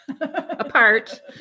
apart